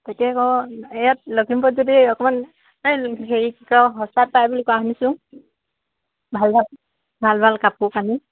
তাকে আকৌ ইয়াত লখিমপুৰত যদি অকণমান এই হেৰি কি কয় সস্তাত পায় বুলি কোৱা শুনিছো ভাল ভাল ভাল ভাল কাপোৰ কানি